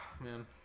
Man